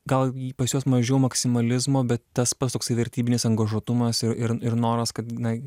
gal pas juos mažiau maksimalizmo bet tas pats toksai vertybinis angažuotumas ir ir ir noras kad na